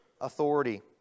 authority